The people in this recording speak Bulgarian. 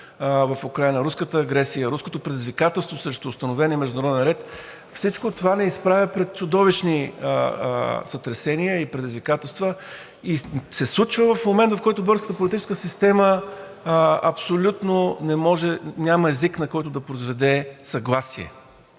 в Украйна, руската агресия, руското предизвикателство срещу установения международен ред – всичко това ни изправя пред чудовищни сътресения и предизвикателства. И се случва в момент, в който българската политическа система абсолютно няма език, на който да произведе съгласие.